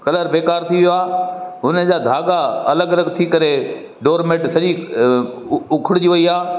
colour बेकार थी वियो आहे हुननि जा धागा अलॻि अलॻि थी करे डोरमैट सॼी उखड़ जी वई आहे